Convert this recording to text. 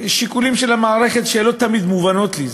שיקולים של המערכת שלא תמיד הם מובנים לי,